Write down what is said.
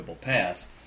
pass